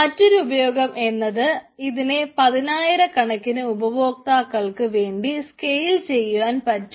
മറ്റൊരു ഉപയോഗം എന്നത് ഇതിനെ പതിനായിരക്കണക്കിന് ഉപഭോക്താക്കൾക്ക് വേണ്ടി സ്കെയിൽ ചെയ്യുവാൻ പറ്റും